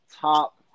top